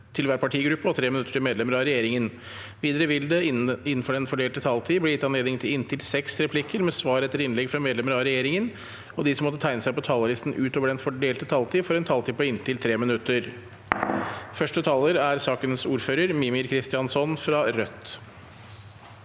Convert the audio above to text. til hver partigruppe og 3 minutter til medlemmer av regjeringen. Videre vil det – innenfor den fordelte taletid – bli gitt anledning til inntil seks replikker med svar etter innlegg fra medlemmer av regjeringen, og de som måtte tegne seg på talerlisten utover den fordelte taletid, får også en taletid på inntil 3 minutter. Mímir Kristjánsson (R)